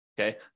okay